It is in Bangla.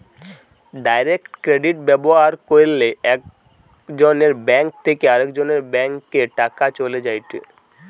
ডাইরেক্ট ক্রেডিট ব্যবহার কইরলে একজনের ব্যাঙ্ক থেকে আরেকজনের ব্যাংকে টাকা চলে যায়েটে